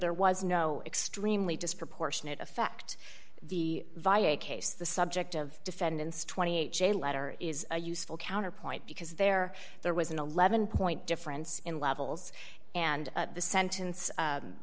there was no extremely disproportionate effect the via case the subject of defendants twenty eight dollars a letter is a useful counterpoint because there there was an eleven point difference in levels and the sentence